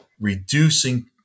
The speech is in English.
Reducing